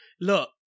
look